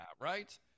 right